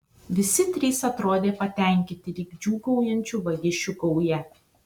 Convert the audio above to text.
visi trys atrodė patenkinti lyg džiūgaujančių vagišių gauja